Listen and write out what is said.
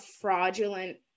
fraudulent